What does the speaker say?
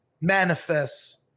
manifest